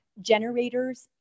Generators